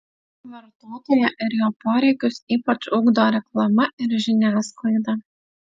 vartotoją ir jo poreikius ypač ugdo reklama ir žiniasklaida